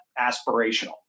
aspirational